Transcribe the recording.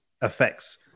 affects